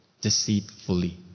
deceitfully